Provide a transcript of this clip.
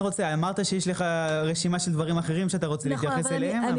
אמרת שיש לך רשימה של דברים אחרים שאתה רוצה להתייחס אליהם.